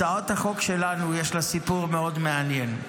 הצעת החוק שלנו, יש לה סיפור מאוד מעניין.